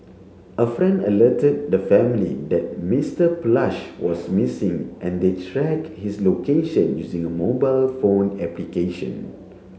a friend alerted the family that Mister Plush was missing and they tracked his location using a mobile phone application